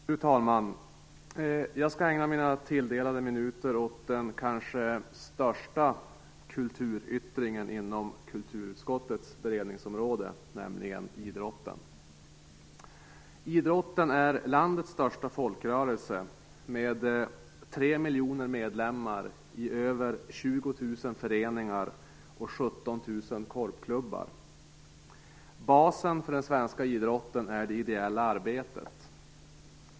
Fru talman! Jag skall ägna mina tilldelade minuter åt den kanske största kulturyttringen inom kulturutskottets beredningsområde, nämligen idrotten. Idrotten är landets största folkrörelse med 3 miljoner medlemmar i över 20 000 föreningar och 17 000 korpklubbar. Basen för den svenska idrotten är det ideella arbetet.